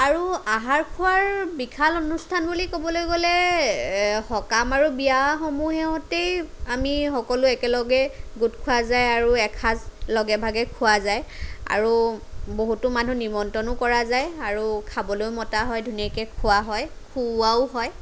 আৰু আহাৰ খোৱাৰ বিশাল অনুষ্ঠান বুলি ক'বলে গ'লে সকাম আৰু বিয়াসমূহেহতেই আমি সকলো একেলগে গোট খোৱা যায় আৰু এসাঁজ লগে ভাগে খোৱা যায় আৰু বহুতো মানুহ নিমন্ত্ৰনো কৰা যায় আৰু খাবলৈয়ো মতা হয় ধুনীয়াকে খোৱা হয় খুওৱাও হয়